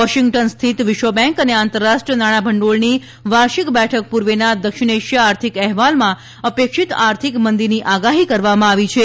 Washington સ્થિત વિશ્વ bank અને આંતરરાષ્ટ્રીય નાણા ભંડોળની વાર્ષિક બેઠક પૂર્વેના દક્ષિણ એશિયા આર્થિક અહેવાલમાં અપેક્ષિત આર્થિક મંદીની આગાહી કરવામાં આવી છે